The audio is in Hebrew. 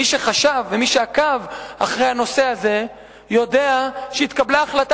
מי שחשב ומי שעקב אחרי הנושא הזה יודע שהתקבלה החלטה